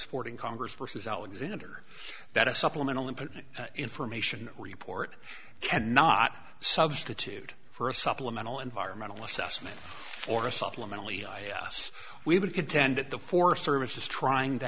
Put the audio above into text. supporting congress versus alexander that a supplemental input information report cannot substitute for a supplemental environmental assessment or a supplemental e i a s we would contend that the forest service is trying to